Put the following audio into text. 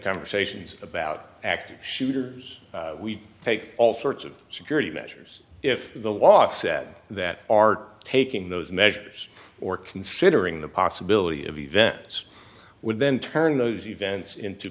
conversations about active shooters we take all sorts of security measures if the law said that are taking those measures or considering the possibility of events would then turn those events into